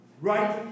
Right